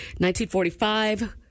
1945